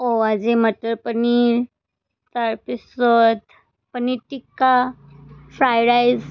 অঁ আজি মটৰ পনীৰ তাৰপিছত পনীৰ টিক্কা ফ্ৰাই ৰাইচ